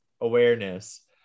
awareness